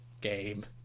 game